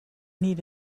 need